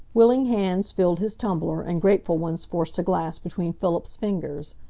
willing hands filled his tumbler, and grateful ones forced a glass between philip's fingers.